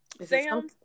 Sam